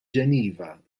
geneva